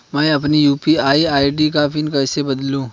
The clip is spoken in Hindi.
मैं अपनी यू.पी.आई आई.डी का पिन कैसे बदलूं?